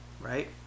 right